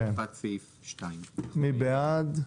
החלפת סעיף 2. מי בעד?